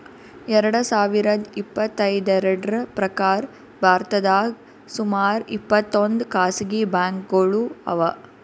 ಎರಡ ಸಾವಿರದ್ ಇಪ್ಪತ್ತೆರಡ್ರ್ ಪ್ರಕಾರ್ ಭಾರತದಾಗ್ ಸುಮಾರ್ ಇಪ್ಪತ್ತೊಂದ್ ಖಾಸಗಿ ಬ್ಯಾಂಕ್ಗೋಳು ಅವಾ